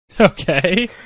Okay